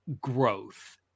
growth